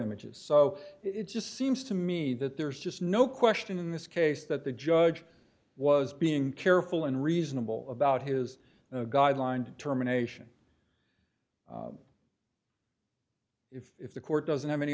images so it just seems to me that there's just no question in this case that the judge was being careful and reasonable about his guideline determination but if the court doesn't have any